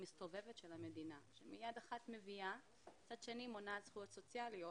מסתובבת של המדינה שביד אחת מביאה ומצד שני מונעת זכויות סוציאליות